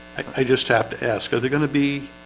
i just have to ask are there gonna be?